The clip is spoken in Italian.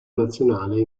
nazionale